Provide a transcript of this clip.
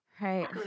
Right